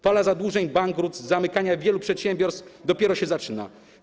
Fala zadłużeń, bankructw, zamykanie wielu przedsiębiorstw dopiero się zaczyna.